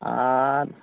ᱟᱨ